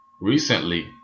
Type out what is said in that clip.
recently